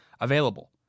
available